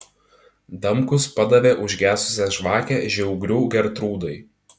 damkus padavė užgesusią žvakę žiaugrų gertrūdai